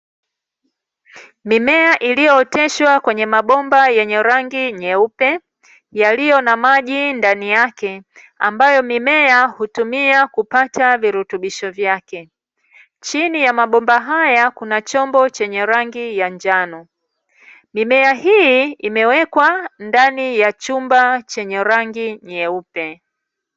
Mimea iliyooteshwa kwenye mabomba yenye rangi nyeupe yaliyo na maji ndani yake, ambayo mimea hutumia kupata virutubisho vyake. Chini ya mabomba haya kuna chombo chenye rangi ya njano. Mimea hii imewekwa ndani ya chumba chenye rangi nyeupe.